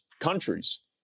countries